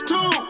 Two